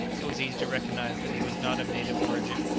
it was easy to recognize that he was not of native origin.